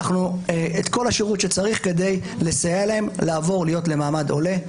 את כל השירות שצריך כדי לסייע להם לעבור ולהיות במעמד עולה.